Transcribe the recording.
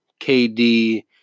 KD